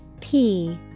-p